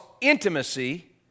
intimacy